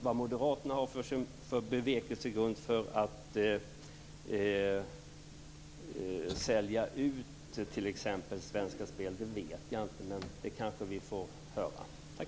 Vad moderaterna har för bevekelsegrund för att sälja ut t.ex. Svenska Spel vet jag inte, men det kanske vi får höra mera om.